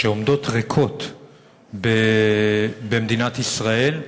שעומדות ריקות במדינת ישראל,